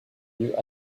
milieux